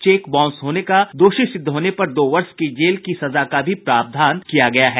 check bounce होने का दोषी सिद्ध होने पर दो वर्ष की जेल का भी प्रावधान किया गया है